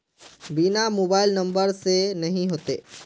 बिना mobile number से नहीं होते?